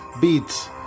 Beats